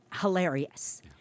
hilarious